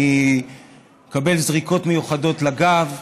אני מקבל זריקות מיוחדות לגב,